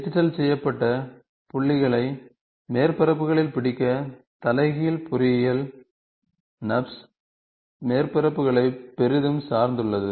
digital செய்யப்பட்ட புள்ளிகளை மேற்பரப்புகளில் பிடிக்க தலைகீழ் பொறியியல் நர்ப்ஸ் மேற்பரப்புகளை பெரிதும் சார்ந்துள்ளது